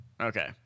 okay